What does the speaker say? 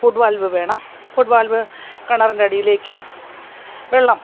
ഫുട് valve വേണം foot valve കിണറിൻ്റെ അടിയിലേക്ക് വെള്ളം